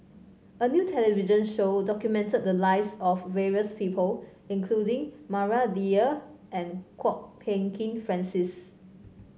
a new television show documented the lives of various people including Maria Dyer and Kwok Peng Kin Francis